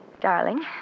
Darling